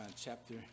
chapter